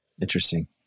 Interesting